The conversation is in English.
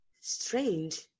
Strange